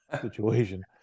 situation